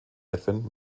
edwin